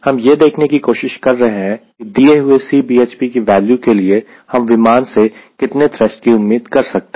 हम यह देखने की कोशिश कर रहे हैं कि दिए हुए Cbhp की वैल्यू के लिए हम विमान से कितने थ्रस्ट की उम्मीद कर सकते हैं